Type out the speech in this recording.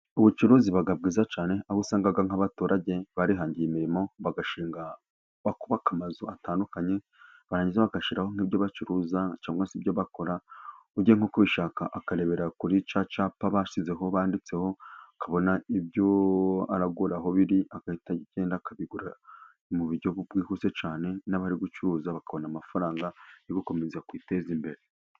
Ubucuruzi buba bwiza cyane aho usanga nk'abaturage barihangiye imirimo, bakubaka amazu atandukanye barangiza bagashiraho nk'ibyo bacuruza cyangwa s'ibyo bakora. Ujye nko kubishaka akarebera kuri cyacyapa bashyizeho banditseho, akabona ibyo aragura aho biri agahita agenda akabigura mu buryo bwihuse cyane. N'abari gucuruza bakabona amafaranga yo gukomeza kwiteza imbere.